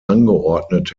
angeordnet